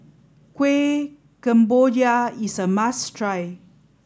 Kueh Kemboja is a must try